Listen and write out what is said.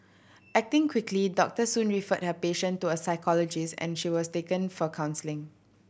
acting quickly Doctor Soon referred her patient to a psychologist and she was taken for counselling